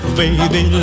Baby